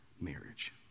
marriage